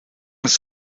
des